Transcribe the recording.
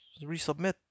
resubmit